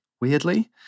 weirdly